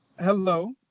Hello